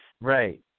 Right